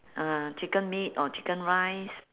mm chicken meat or chicken rice